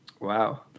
Wow